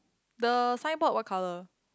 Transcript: the signboard white colour